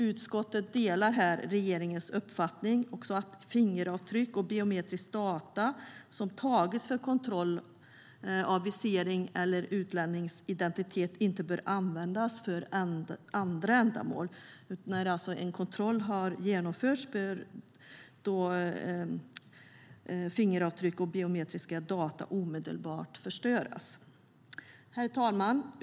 Utskottet delar regeringens uppfattning att fingeravtryck och biometriska data som tagits för kontroll av visering eller utlännings identitet inte bör användas för andra ändamål. När en kontroll har genomförts bör fingeravtryck och biometriska data omedelbart förstöras. Herr talman!